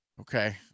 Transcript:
Okay